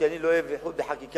כי אני לא אוהב איחוד בחקיקה,